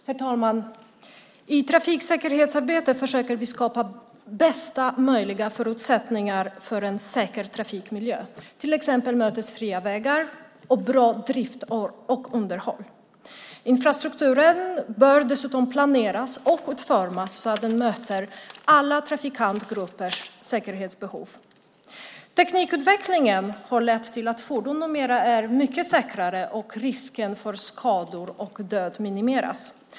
Herr talman! I trafiksäkerhetsarbetet försöker vi skapa bästa möjliga förutsättningar för en säker trafikmiljö, till exempel mötesfria vägar och bra drift och underhåll. Infrastrukturen bör dessutom planeras och utformas så att den möter alla trafikantgruppers säkerhetsbehov. Teknikutvecklingen har lett till att fordon numera är mycket säkrare, och risken för skador och död minimeras.